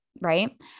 Right